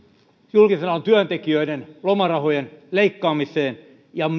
julkisen alan työntekijöiden lomarahojen leikkaaminen ja